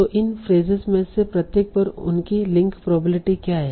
तो इन फ्रेसेस में से प्रत्येक पर उनकी लिंक प्रोबेबिलिटी क्या हैं